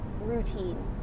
routine